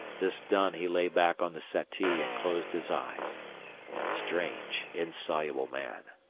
this done he lay back on the settee and closed his eyes strange, insoluble man!